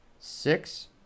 six